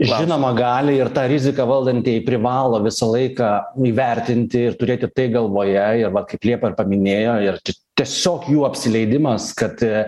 žinoma gali ir tą riziką valdantieji privalo visą laiką įvertinti ir turėti tai galvoje ir vat kaip liepa ir paminėjo ir tiesiog jų apsileidimas kad